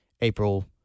april